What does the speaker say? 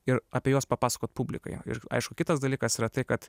ir apie juos papasakot publikai ir aišku kitas dalykas yra tai kad